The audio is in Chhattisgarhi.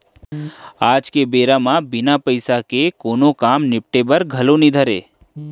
आज के बेरा म बिना पइसा के कोनों काम निपटे बर घलौ नइ धरय